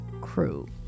crew